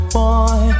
boy